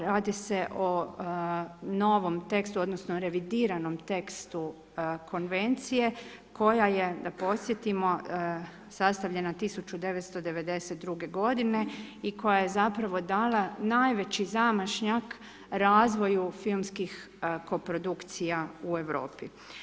Radi se o novom tekstu, odnosno revidiranom tekstu konvencije koja je, da podsjetimo, sastavljena 1992. godine i koja je zapravo dala najveći zamašnjak razvoju filmskih koprodukcija u Europi.